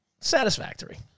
satisfactory